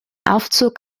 aufzug